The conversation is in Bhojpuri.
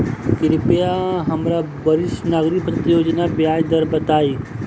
कृपया हमरा वरिष्ठ नागरिक बचत योजना के ब्याज दर बताइं